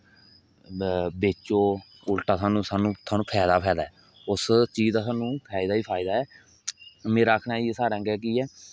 बेचो उल्टा स्हानू फायदा गै फायदा ऐ उस चीज दा स्हानू फायदा गै फायदा ऐ मेरा आक्खने दा इयै साढ़ा गै कि